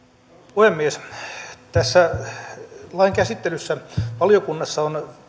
puhemies lain käsittelyssä valiokunnassa on